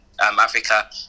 Africa